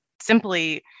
simply